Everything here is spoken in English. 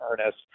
earnest